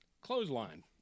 clothesline